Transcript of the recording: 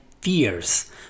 fears